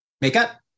Makeup